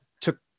took